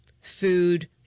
food